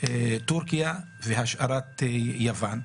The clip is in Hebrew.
טורקיה והשארת יוון.